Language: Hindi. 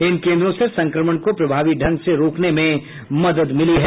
इन केन्द्रों से संक्रमण को प्रभावी ढंग से रोकने में मदद मिली है